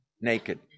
naked